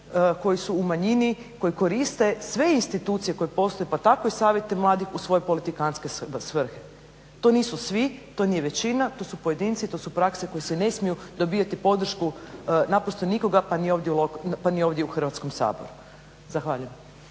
koji su u manjini, koji koriste sve institucije koje postoje pa tako i savjete mladih u svoje politikantske svrhe. To nisu svi, to nije većina, to su pojedinci i to su prakse koje ne smiju dobivati podršku naprosto nikoga pa ni ovdje u Hrvatskom saboru. Zahvaljujem.